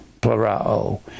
plurao